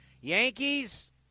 Yankees